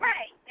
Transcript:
Right